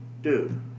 Dude